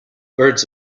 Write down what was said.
birds